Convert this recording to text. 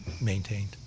maintained